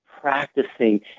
practicing